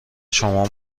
شما